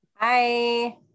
bye